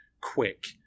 quick